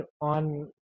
on